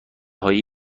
هایی